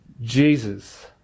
Jesus